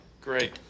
great